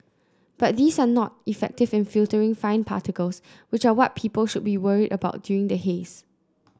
but these are not effective in filtering fine particles which are what people should be worried about during the haze